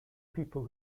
people